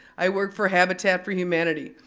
i work for habitat for humanity.